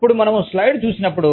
ఇప్పుడు మనము స్లైడ్ను చూసినప్పుడు